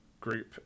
Group